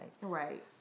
right